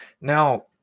now